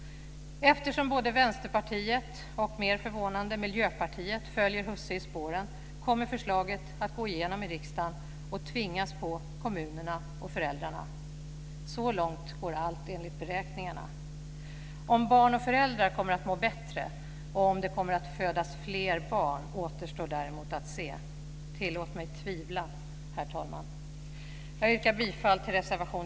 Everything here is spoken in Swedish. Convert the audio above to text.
Eftersom både Vänsterpartiet och, mer förvånande, Miljöpartiet följer husse i spåren kommer förslaget att gå igenom i riksdagen och tvingas på kommunerna och föräldrarna. Så långt går allt enligt beräkningarna. Om barn och föräldrar kommer att må bättre och om det kommer att födas fler barn återstår däremot att se. Tillåt mig tvivla, herr talman.